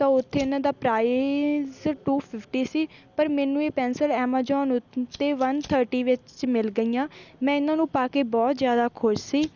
ਤਾਂ ਉੱਥੇ ਇਹਨਾਂ ਦਾ ਪ੍ਰਾਈਜ਼ ਟੂ ਫਿਫਟੀ ਸੀ ਪਰ ਮੈਨੂੰ ਇਹ ਪੈਨਸਲ ਐਮਾਜੋਨ ਉੱਤੇ ਵਨ ਥਰਟੀ ਵਿੱਚ ਮਿਲ ਗਈਆਂ ਮੈਂ ਇਹਨਾਂ ਨੂੰ ਪਾ ਕੇ ਬਹੁਤ ਜ਼ਿਆਦਾ ਖੁਸ਼ ਸੀ